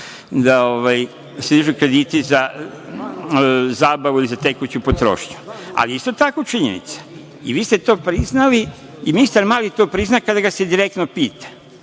da se dižu kredite za zabavu ili za tekuću potrošnju. Ali, isto je tako činjenica, i vi ste to priznali i ministar Mali to prizna kada se direktno pita,